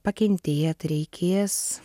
pakentėt reikės